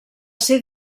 ser